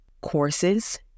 courses